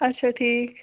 اَچھا ٹھیٖک چھُ